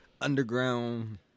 underground